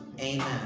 amen